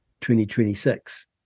2026